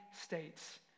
states